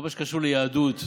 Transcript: כל מה שקשור ליהדות,